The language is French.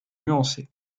nuancée